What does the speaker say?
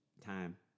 time